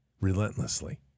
relentlessly